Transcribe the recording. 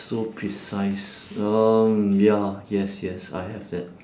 so precise um ya yes yes I have that